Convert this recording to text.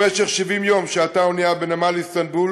במשך 70 יום שהתה האונייה בנמל איסטנבול